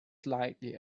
slightly